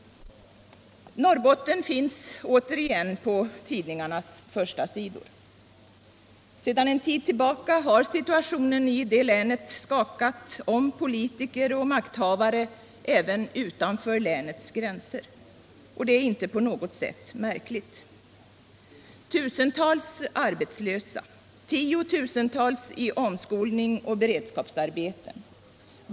Norrbotten finns återigen på tidningarnas förstasidor. Sedan en tid tillbaka har situationen i detta län skakat om politiker och makthavare även utanför länets gränser. Det är inte på något sätt märkligt. Tusentals människor går arbetslösa. Tiotusentals deltar i omskolning och beredskapsarbeten.